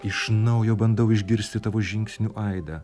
iš naujo bandau išgirsti tavo žingsnių aidą